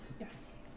Yes